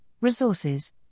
resources